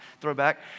throwback